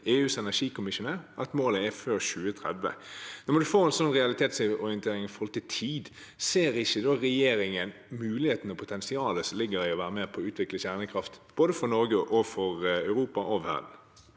EUs energikommissær, at målet er før 2030. Når man får en sånn realitetsorientering når det gjelder tid, ser ikke da regjeringen muligheten og potensialet som ligger i å være med på å utvikle kjernekraft, både for Norge og for Europa og verden?